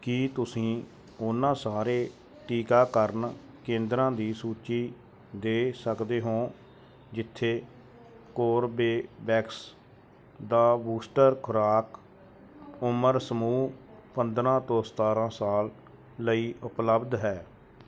ਕੀ ਤੁਸੀਂ ਉਹਨਾਂ ਸਾਰੇ ਟੀਕਾਕਰਨ ਕੇਂਦਰਾਂ ਦੀ ਸੂਚੀ ਦੇ ਸਕਦੇ ਹੋ ਜਿੱਥੇ ਕੋਰਬੇਵੈਕਸ ਦਾ ਬੂਸਟਰ ਖੁਰਾਕ ਉਮਰ ਸਮੂਹ ਪੰਦਰ੍ਹਾਂ ਤੋਂ ਸਤਾਰ੍ਹਾਂ ਸਾਲ ਲਈ ਉਪਲਬਧ ਹੈ